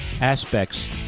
aspects